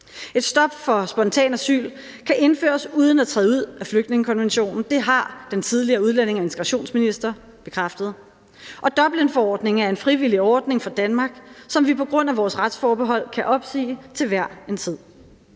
Et stop for spontan asyl kan indføres uden at træde ud af flygtningekonventionen. Det har den tidligere udlændinge- og integrationsminister bekræftet. Og Dublinforordningen er en frivillig ordning for Danmark, som vi på grund af vores retsforbehold kan opsige til hver en tid.